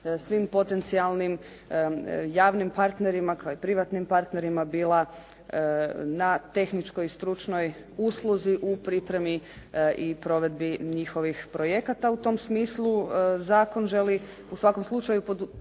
svim potencijalnim javnim partnerima kao i privatnim partnerima bila na tehničkoj i stručnoj usluzi u pripremi i provedbi njihovih projekata. U tom smislu zakon želi u svakom slučaju potaknuti